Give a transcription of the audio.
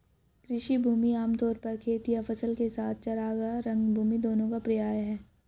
कृषि भूमि आम तौर पर खेत या फसल के साथ चरागाह, रंगभूमि दोनों का पर्याय है